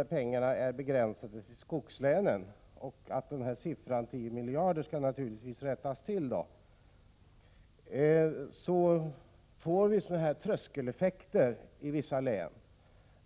att pengarna är avsedda för skogslänen och vidare att siffran 10 miljarder naturligtvis skall rättas till, får vi tröskeleffekter i vissa län.